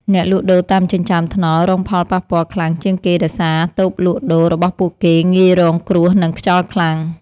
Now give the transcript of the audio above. អ្នកលក់ដូរតាមចិញ្ចើមថ្នល់រងផលប៉ះពាល់ខ្លាំងជាងគេដោយសារតូបលក់ដូររបស់ពួកគេងាយរងគ្រោះនឹងខ្យល់ខ្លាំង។